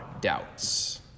doubts